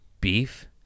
beef